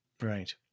Right